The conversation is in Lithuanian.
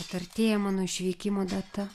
kad artėja mano išvykimo data